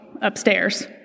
upstairs